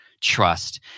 trust